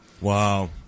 Wow